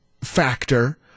factor